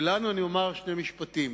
ולנו אני אומר שני משפטים.